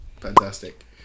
fantastic